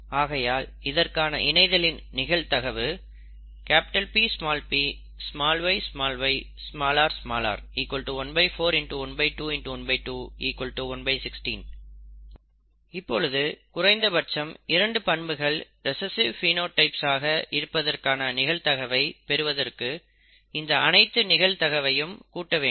ஆகையால் இதற்கான இணைதலின் நிகழ்தகவு Ppyyrr ¼ x ½ x ½ 116 இப்பொழுது குறைந்தபட்சம் இரண்டு பண்புகள் ரிசஸ்ஸிவ் பினோடைப்ஸ் ஆக இருப்பதற்கான நிகழ்தகவை பெறுவதற்கு இந்த அனைத்து நிகழ்தகவயும் கூட்ட வேண்டும்